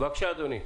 בבקשה, אדוני.